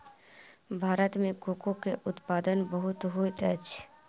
भारत में कोको के उत्पादन बहुत होइत अछि